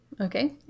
okay